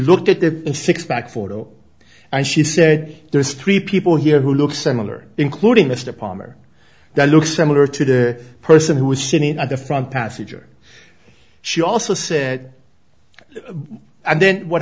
looked at the back photo and she said there's three people here who look similar including mr palmer that looks similar to the person who was sitting on the front passenger she also said and then what